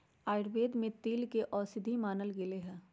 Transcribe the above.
आयुर्वेद में तिल के औषधि मानल गैले है